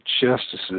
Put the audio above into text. justices